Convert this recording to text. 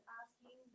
asking